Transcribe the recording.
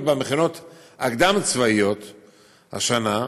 פעילות במכינות הקדם-צבאיות השנה,